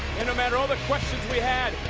and no matter all the questions we had,